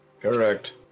correct